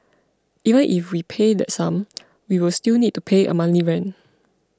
even if we pay that sum we will still need to pay a monthly rent